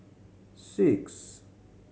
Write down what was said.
six